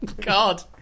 God